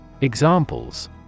Examples